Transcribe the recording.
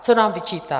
Co nám vyčítá?